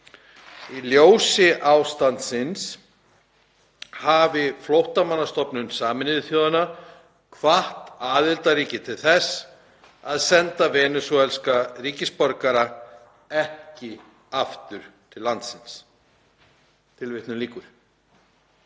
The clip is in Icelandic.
Í ljósi ástandsins hafi Flóttamannastofnun Sameinuðu þjóðanna hvatt aðildarríki til þess að senda venesúelska ríkisborgara ekki aftur til landsins.“ Með öðrum orðum: